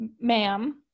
ma'am